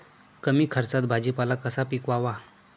कमी खर्चात भाजीपाला कसा पिकवावा?